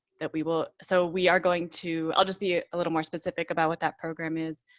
that we will. so we are going to, i'll just be a little more specific about what that program is